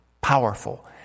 powerful